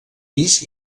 pis